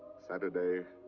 saturday.